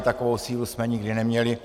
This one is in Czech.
Takovou sílu jsme nikdy neměli.